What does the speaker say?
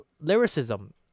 lyricism